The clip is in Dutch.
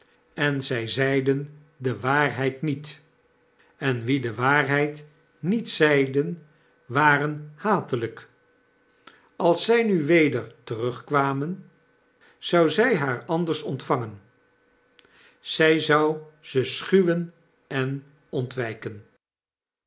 en zg zeiden de waarheid niet en wie de waarheid niet zeiden waren hatelijk als zy nu weder terugkwamen zou zy haar anders ontvangen zfl zou ze schuwenen ontwpen en